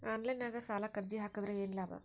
Online ನಾಗ್ ಸಾಲಕ್ ಅರ್ಜಿ ಹಾಕದ್ರ ಏನು ಲಾಭ?